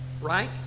Right